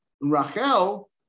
Rachel